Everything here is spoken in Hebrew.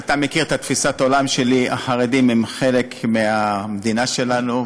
אתה מכיר את תפיסת העולם שלי: החרדים הם חלק מהמדינה שלנו,